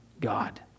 God